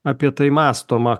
apie tai mąstoma